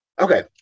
Okay